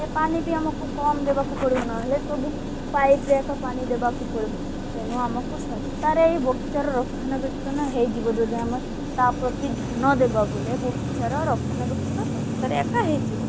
ଏ ପାଣି ବି ଆମକୁ କମ ଦେବାକୁ ପଡ଼ିବ ନହେଲେ ସବୁ ପାଇପ୍ରେ ଏକା ପାଣି ଦେବାକୁ ପଡ଼ିବ ତେଣୁ ଆମକୁ ଶସ୍ତାରେ ଏହି ବଗିଚାର ରକ୍ଷଣାବେକ୍ଷଣ ହେଇଯିବ ଯଦି ଆମେ ତା ପ୍ରତି ଧ୍ୟାନ ଦେବା ବୋଲେ ବଗିଚାର ରକ୍ଷଣାବେକ୍ଷଣ ଶସ୍ତାରେ ଏକା ହେଇଯିବ